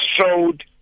showed